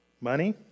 money